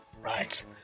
Right